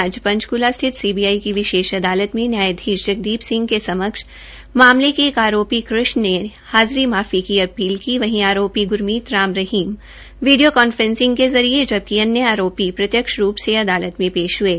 आज पंचक्ला स्थत सीबीआई की विशेष अदालत में न्यायाधीश जगदीप सिंह के समक्ष मामले के एक आरोपी कृष्ण ने हाज़री माफी की अपील की वहीं आरोपी गुरमीत राम रहीम वीडियो कांफ्रेसिंग के जरिये जबकि आरोपी प्रत्यक्ष रूप से अदालत में पेश हुये